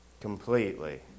Completely